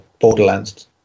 Borderlands